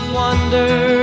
wonder